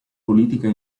politica